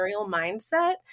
mindset